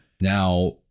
Now